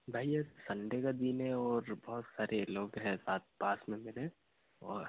भाई आज सनडे का दिन है और बहुत सारे लोग हैं सात पास में मेरे और